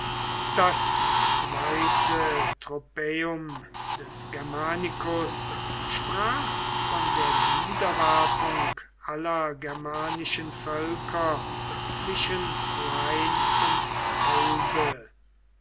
das zweite tropaeum des germanicus sprach von der niederwerfung aller germanischen völker zwischen rhein und elbe